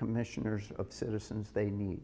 commissioners of citizens they need